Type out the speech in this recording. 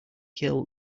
kill